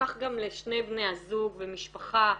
כך גם לשני בני הזוג ומשפחה.